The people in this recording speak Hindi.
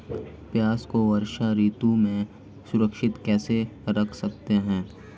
प्याज़ को वर्षा ऋतु में सुरक्षित कैसे रख सकते हैं?